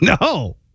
No